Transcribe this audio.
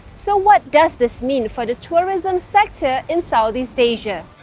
so what does this mean for the tourism sector in southeast asia?